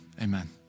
amen